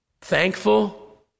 thankful